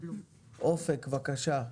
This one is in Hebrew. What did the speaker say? עודד, בבקשה.